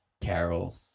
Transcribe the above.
Carol